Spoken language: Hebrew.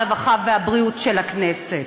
הרווחה והבריאות של הכנסת.